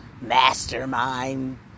mastermind